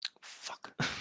Fuck